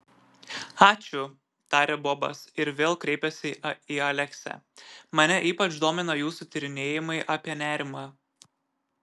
ačiū tarė bobas ir vėl kreipėsi į aleksę mane ypač domina jūsų tyrinėjimai apie nerimą